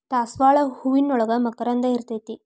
ದಾಸಾಳ ಹೂವಿನೋಳಗ ಮಕರಂದ ಇರ್ತೈತಿ